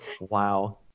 Wow